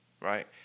right